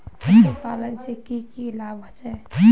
पशुपालन से की की लाभ होचे?